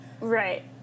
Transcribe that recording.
Right